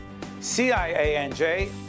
CIANJ